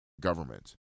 government